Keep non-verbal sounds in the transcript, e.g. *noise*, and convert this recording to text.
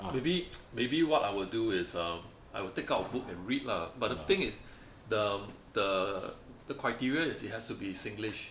maybe *noise* maybe what I will do is um I will take out a book and read lah but the thing is the the the criteria is it has to be singlish